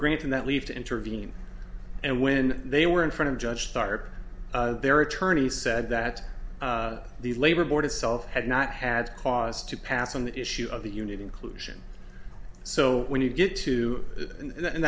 granted that leave to intervene and when they were in front of judge stark their attorney said that the labor board itself had not had cause to pass on the issue of the union inclusion so when you get to